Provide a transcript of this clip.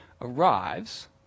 arrives